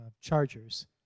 chargers